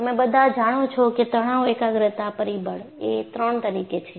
તમે બધા જાણો છો કે તણાવ એકાગ્રતા પરિબળ એ 3 તરીકે છે